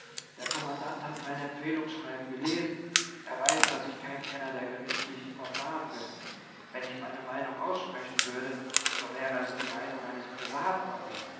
der kommandant hat mein empfehlungsschreiben gelesen er weiß daß ich kein kenner der gerichtlichen verfahren bin wenn ich eine meinung aussprechen würde so wäre es die meinung eines privatmannes